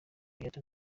beata